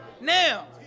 Now